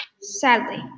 Sadly